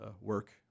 work